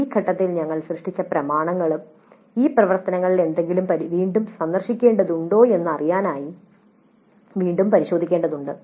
ഈ ഘട്ടത്തിൽ ഞങ്ങൾ സൃഷ്ടിച്ച പ്രമാണങ്ങളും ഈ പ്രവർത്തനങ്ങളിൽ ഏതെങ്കിലും വീണ്ടും സന്ദർശിക്കേണ്ടതുണ്ടോ എന്നറിയാൻ വീണ്ടും പരിശോധിക്കേണ്ടതുണ്ട്